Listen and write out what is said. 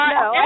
no